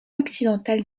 occidental